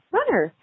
Runner